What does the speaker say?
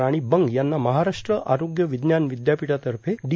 राणी बंग यांना महाराष्ट्र आरोग्य विज्ञान विद्यापीठातर्फे डी